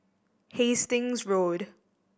Hastings Road